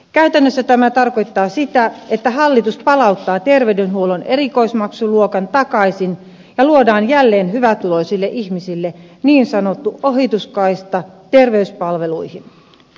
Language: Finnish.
käytännössä tämä tarkoittaa sitä että hallitus palauttaa terveydenhuollon erikoismaksuluokan takaisin ja luodaan jälleen hyvätuloisille ihmisille niin sanottu ohituskaista terveyspalveluihin